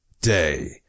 day